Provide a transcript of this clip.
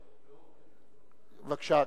בבקשה,